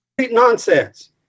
nonsense